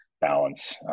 balance